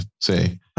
say